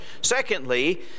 Secondly